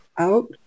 Out